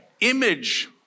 image